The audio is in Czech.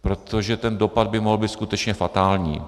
Protože ten dopad by mohl být skutečně fatální.